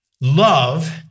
Love